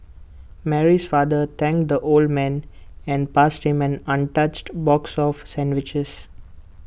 Mary's father thanked the old man and passed him an untouched box of sandwiches